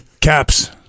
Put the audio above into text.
Caps